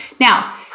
Now